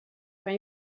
kan